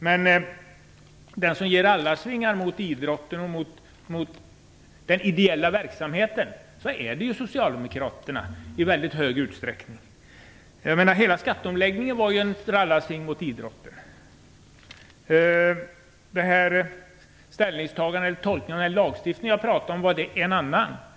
Men de som i väldigt stor utsträckning ger idrotten och den ideella verksamheten rallarsvingar är Socialdemokraterna. Hela skatteomläggningen var ju en rallarsving mot idrotten. Den tolkning av lagstiftningen som jag talat om är en annan rallarsving.